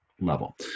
level